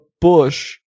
bush